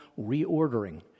reordering